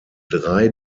drei